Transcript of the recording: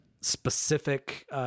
specific